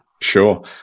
Sure